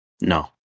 No